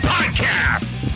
Podcast